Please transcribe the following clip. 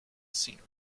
scenery